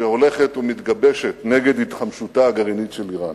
שהולכת ומתגבשת נגד התחמשותה הגרעינית של אירן.